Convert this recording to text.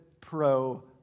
pro